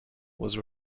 was